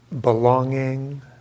belonging